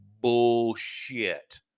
bullshit